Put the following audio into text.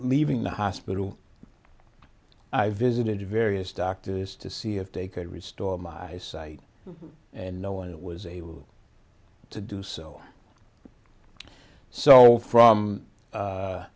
leaving the hospital i visited various doctors to see if they could restore my eyesight and no one was able to do so so from